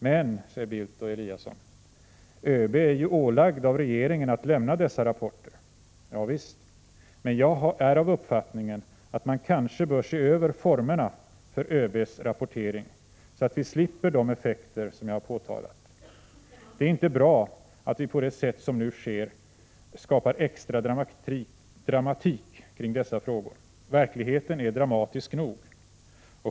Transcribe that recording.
Men, säger Bildt och Eliasson, ÖB är ju ålagd av regeringen att lämna dessa rapporter. Ja, visst. Men jag är av uppfattningen att man kanske bör se över formerna för ÖB:s rapportering, så att vi slipper de effekter som jag har påtalat. Det är inte bra att vi på det sätt som nu sker skapar extra dramatik kring dessa frågor. Verkligheten är dramatisk nog.